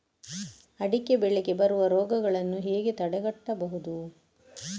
ಅಡಿಕೆ ಬೆಳೆಗೆ ಬರುವ ರೋಗಗಳನ್ನು ಹೇಗೆ ತಡೆಗಟ್ಟಬಹುದು?